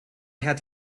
had